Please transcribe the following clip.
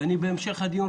בהמשך הדיון,